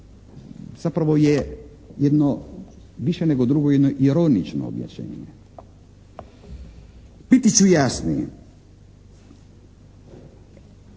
zapravo je jedno više nego drugo jedno ironično objašnjenje. Biti ću jasniji.